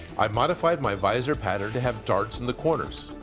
i modified my visor pattern to have darts in the corners.